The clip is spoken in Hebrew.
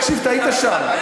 תקשיב, אתה היית שם.